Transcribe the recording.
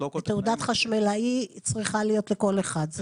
ותעודת חשמלאי צריכה להיות לכל אחד?